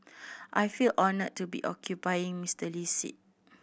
I feel honoured to be occupying Mister Lee's seat